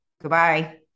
Goodbye